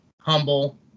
humble